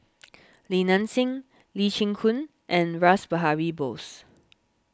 Li Nanxing Lee Chin Koon and Rash Behari Bose